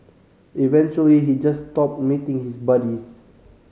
eventually he just stopped meeting his buddies